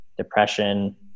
depression